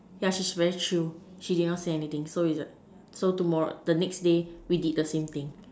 yeah she's very chill she did not say anything so we just so tomorrow the next day we did the same thing